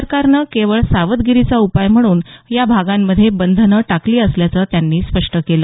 सरकारनं केवळ सावधगिरीचा उपाय म्हणून या भागांमध्ये बंधने टाकली असल्याचं त्यांनी स्पष्ट केलं